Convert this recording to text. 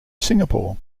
singapore